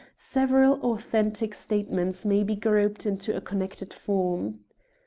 several authentic statements may be grouped into a connected form.